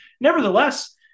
Nevertheless